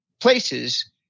places